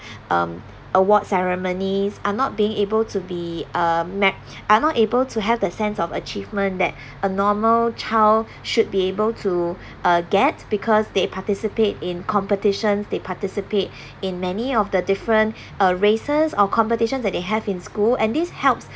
um award ceremonies are not being able to be uh met are not able to have the sense of achievement that a normal child should be able to uh get because they participate in competitions they participate in many of the different uh races or competitions that they have in school and this helps